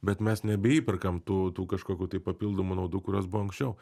bet mes nebeįperkam tų tų kažkokių tai papildomų naudų kurios buvo anksčiau